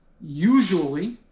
usually